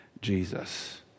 Jesus